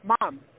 mom